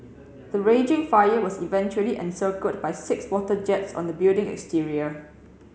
the raging fire was eventually encircled by six water jets on the building exterior